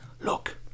Look